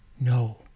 No